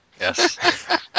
Yes